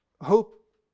hope